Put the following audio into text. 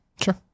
Sure